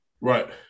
Right